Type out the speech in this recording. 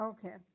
Okay